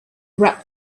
wrapped